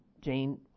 Jane